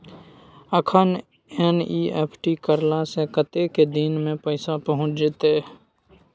अखन एन.ई.एफ.टी करला से कतेक दिन में पैसा पहुँच जेतै?